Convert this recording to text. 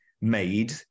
made